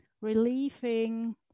relieving